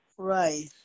Right